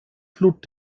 flut